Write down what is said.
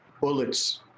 Bullets